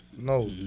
No